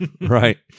Right